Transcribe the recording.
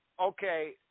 Okay